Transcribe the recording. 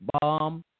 bomb